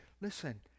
Listen